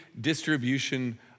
distribution